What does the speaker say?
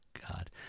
God